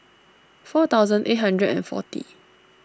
four thousand eight hundred and forty